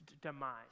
demise